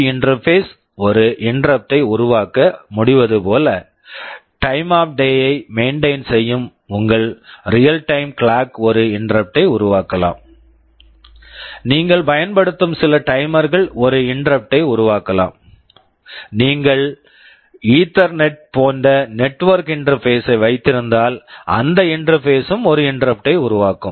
B USB interface interfaceஒரு interrupt interrupt ஐ உருவாக்க முடிவது போல time of day time of day ஐ மெயின்டைன் maintain செய்யும் உங்கள் real time clock real time clock ஒரு இன்டெரப்ட் interrupt ஐ உருவாக்கலாம் நீங்கள் பயன்படுத்தும் சில டைமர் timer கள் ஒரு இன்டெரப்ட் interrupt ஐ உருவாக்கலாம் நீங்கள் ஈத்தர்நெட் Ethernet போன்ற நெட்ஒர்க் இன்டெர்பேஸ் network interface ஐ வைத்திருந்தால் அந்த இன்டெர்பேஸ் interface ம் ஒரு இன்டெரப்ட் interrupt ஐ உருவாக்கும்